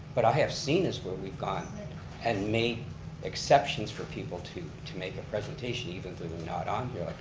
but i have seen us where we've gone and made exceptions for people to to make a presentation even if they were not on here.